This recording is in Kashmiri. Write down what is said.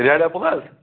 ریٚڈ ایٚپل حظ